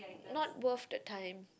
not worth the time